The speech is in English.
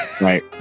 right